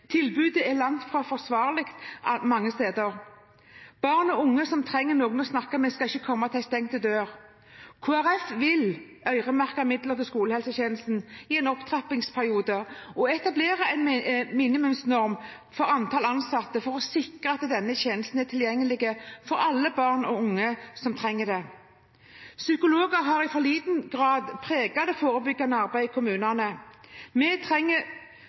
tilbudet er langt fra forsvarlig mange steder. Barn og unge som trenger noen å snakke med, skal ikke komme til en stengt dør. Kristelig Folkeparti vil øremerke midler til skolehelsetjenesten i en opptrappingsperiode og etablere en minimumsnorm for antall ansatte for å sikre at denne tjenesten er tilgjengelig for alle barn og unge som trenger den. Psykologer har i for liten grad preget det forebyggende arbeidet i kommunene. Vi trenger